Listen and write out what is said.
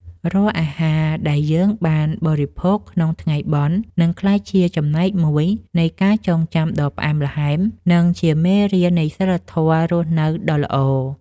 រាល់អាហារដែលយើងបានបរិភោគក្នុងថ្ងៃបុណ្យ នឹងក្លាយជាចំណែកមួយនៃការចងចាំដ៏ផ្អែមល្ហែម និងជាមេរៀននៃសីលធម៌រស់នៅដ៏ល្អ។